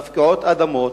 מפקיעות אדמות,